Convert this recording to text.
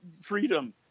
freedom